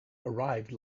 arrived